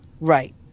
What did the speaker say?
Right